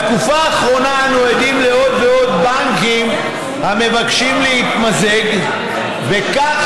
בתקופה האחרונה אנו עדים לעוד ועוד בנקים המבקשים להתמזג וכך,